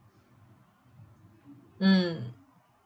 mm